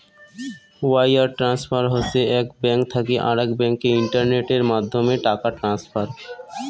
wire transfer হসে এক bank থাকি আরেক ব্যাংকে ইন্টারনেটের মাধ্যমে টাকা ট্রান্সফার